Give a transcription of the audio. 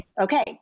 Okay